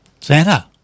Santa